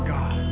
God